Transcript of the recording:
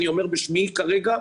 אני אומר בשמי כרגע,